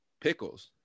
pickles